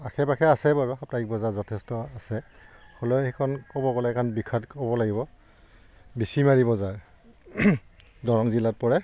আশে পাশে আছে বাৰু সাপ্তাহিক বজাৰ যথেষ্ট আছে হ'লেও সেইখন ক'ব গ'লে কাৰণ বিখ্যাত ক'ব লাগিব বেচিমাৰি বজাৰ দৰং জিলাত পৰে